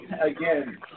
again